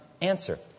Answer